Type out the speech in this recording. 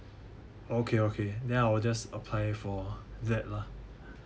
okay okay then I'll just apply for that lah